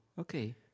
Okay